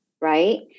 right